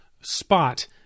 spot